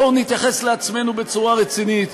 בואו נתייחס לעצמנו בצורה רצינית,